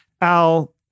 Al